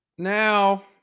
Now